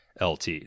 Lt